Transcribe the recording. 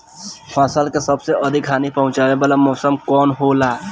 फसल के सबसे अधिक हानि पहुंचाने वाला मौसम कौन हो ला?